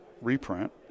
reprint